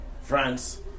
France